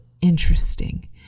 interesting